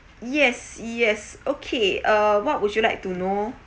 yes yes okay uh what would you like to know